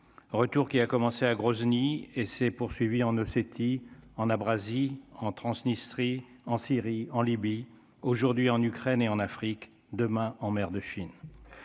retour qui a commencé à Grozny et s'est poursuivie en ne sait, il en a Brazi en Transnistrie en Syrie, en Libye, aujourd'hui en Ukraine et en Afrique, demain en mer de Chine